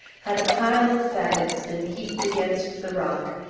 had a pile of fagots been heaped against the rock,